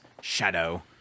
Shadow